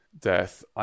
death